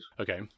Okay